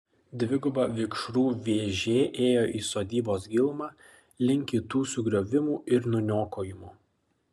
dviguba vikšrų vėžė ėjo į sodybos gilumą link kitų sugriovimų ir nuniokojimų